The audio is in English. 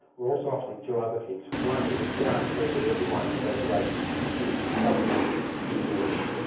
we're also offering two other things one is a guarantee that everyone who graduates is competent in english,